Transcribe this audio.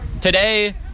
today